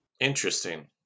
Interesting